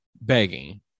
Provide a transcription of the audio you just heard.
begging